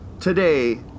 Today